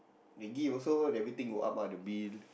they give also everything go up ah the bill